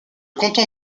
canton